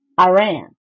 Iran